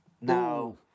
No